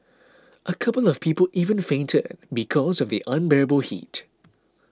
a couple of people even fainted because of the unbearable heat